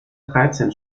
dreizehn